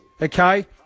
okay